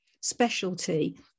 specialty